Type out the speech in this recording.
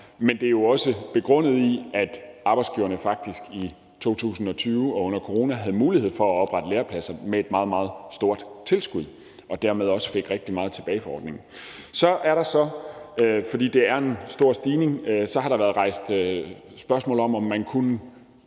men det er jo også begrundet i, at arbejdsgiverne i 2020 og under coronaen faktisk havde mulighed for at oprette lærepladser med et meget, meget stort tilskud, så de dermed også fik rigtig meget tilbage fra ordningen. Fordi det er en stor stigning, har der været rejst spørgsmål om, om man kunne